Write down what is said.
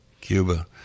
Cuba